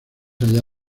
allá